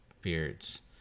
beards